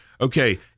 Okay